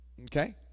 Okay